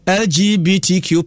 lgbtq